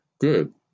Good